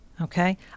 okay